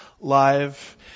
live